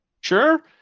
sure